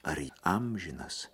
ar amžinas